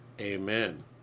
Amen